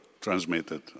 transmitted